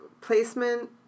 placement